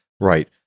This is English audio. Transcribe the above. Right